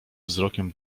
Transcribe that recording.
wzrokiem